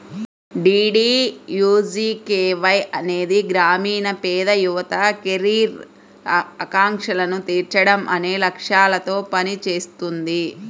DDUGKY అనేది గ్రామీణ పేద యువత కెరీర్ ఆకాంక్షలను తీర్చడం అనే లక్ష్యాలతో పనిచేస్తుంది